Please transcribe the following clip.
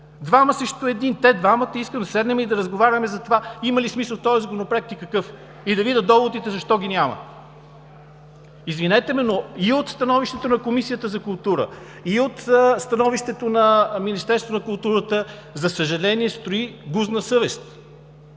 Двама срещу един! Те, двамата, искам да седнем и да разговаряме за това – има ли смисъл този законопроект и какъв, и да видя доводите защо ги няма! Извинете ме, но и от становището на Комисията за култура, и от становището на Министерството на културата, за съжаление, струи гузна съвест.